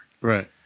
Right